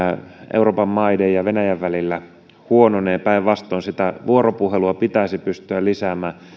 euroopan maiden ja venäjän välillä huononee päinvastoin sitä vuoropuhelua pitäisi pystyä lisäämään